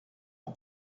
ans